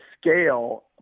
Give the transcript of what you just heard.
scale